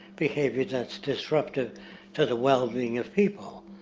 behavior that's disruptive for the well-being of people.